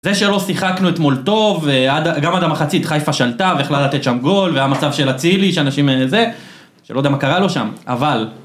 זה שלא שיחקנו אתמול טוב, גם עד המחצית חיפה שלטה ויכלה לתת שם גול, והיה מצב של אצילי שאנשים זה, שלא יודע מה קרה לו שם, אבל...